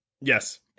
Yes